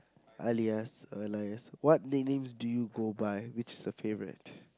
Alias or Alias what nicknames do you go by which is your favourite